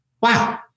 wow